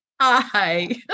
Hi